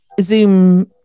Zoom